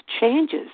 changes